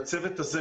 הצוות הזה,